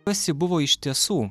kas ji buvo iš tiesų